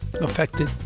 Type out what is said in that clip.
affected